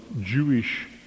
Jewish